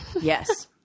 Yes